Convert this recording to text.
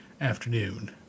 afternoon